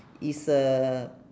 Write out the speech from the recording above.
is uh